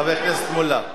חבר הכנסת מולה.